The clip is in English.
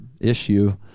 issue